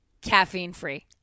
Caffeine-free